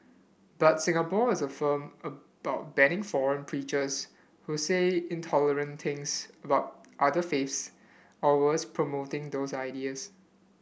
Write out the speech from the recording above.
but Singapore is firm about banning foreign preachers who say intolerant things about other faiths or worse promoting those ideas